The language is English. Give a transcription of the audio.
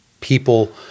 people